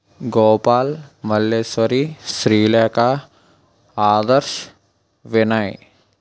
Gopal Malleswari Srilekha Adarsh Vinay